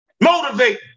Motivate